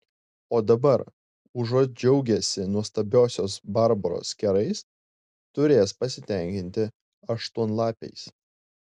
o dabar užuot džiaugęsi nuostabiosios barbaros kerais turės pasitenkinti aštuonlapiais